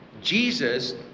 Jesus